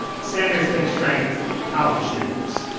sanders' big strength college students.